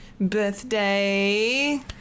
birthday